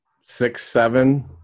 Six-seven